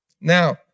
Now